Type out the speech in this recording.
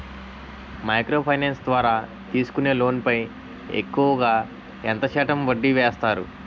Micro finance ద్వారా తీసుకునే loan పై ఎక్కువుగా ఎంత శాతం వడ్డీ వేస్తారు?